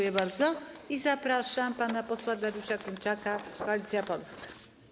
I zapraszam pana posła Dariusza Klimczaka, Koalicja Polska.